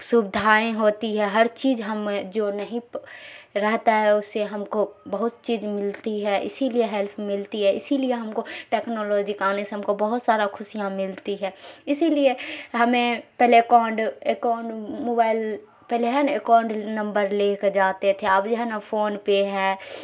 سویدھائیں ہوتی ہے ہر چیز ہمیں جو نہیں رہتا ہے اس سے ہم کو بہت چیز ملتی ہے اسی لیے ہیلپ ملتی ہے اسی لیے ہم کو ٹیکنالوجی کا آنے سے ہم کو بہت سارا خوشیاں ملتی ہے اسی لیے ہمیں پہلے اکاؤنڈ اکاؤنڈ موبائل پہلے ہے نا اکاؤنڈ نمبر لے کے جاتے تھے اب جو ہے نا فون پے ہے